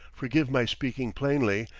forgive my speaking plainly.